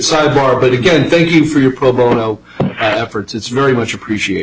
sidebar but again thank you for your pro bono efforts it's very much appreciate